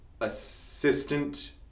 assistant